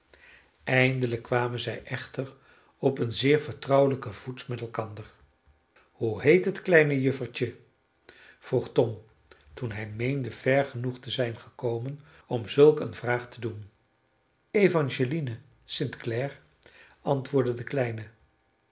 eindelijk kwamen zij echter op een zeer vertrouwelijken voet met elkander hoe heet het kleine juffertje vroeg tom toen hij meende ver genoeg te zijn gekomen om zulk eene vraag te doen evangeline st clare antwoordde de kleine